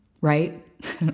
right